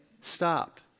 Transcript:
stop